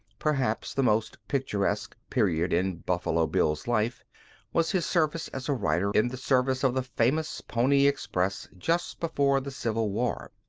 perhaps the most picturesque period in buffalo bill's life was his service as a rider in the service of the famous pony express just before the civil war.